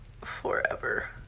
forever